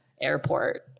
airport